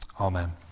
amen